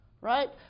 right